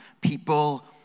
people